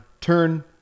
turn